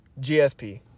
gsp